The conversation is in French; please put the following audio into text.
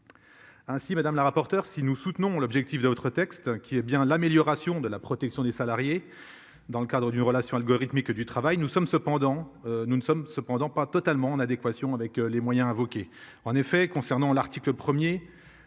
Ainsi madame la rapporteure si nous soutenons l'objectif de votre texte qui est bien l'amélioration de la protection des salariés. Dans le cadre d'une relation algorithmique du travail nous sommes cependant, nous ne sommes cependant pas totalement en adéquation avec les moyens invoqués en effet concernant l'article 1er,